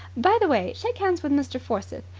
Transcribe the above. by the way, shake hands with mr. forsyth.